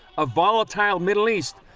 a volatile middle east,